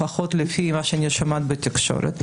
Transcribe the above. לפחות לי מה שאני שומעת בתקשורת.